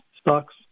stocks